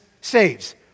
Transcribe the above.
saves